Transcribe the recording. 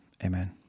Amen